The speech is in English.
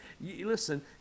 listen